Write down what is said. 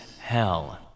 hell